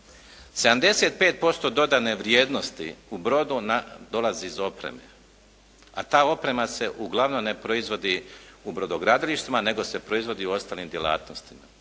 75% dodane vrijednosti u brodu dolazi iz opreme, a ta oprema se uglavnom ne proizvodi u brodogradilištima nego se proizvoda u ostalim djelatnostima.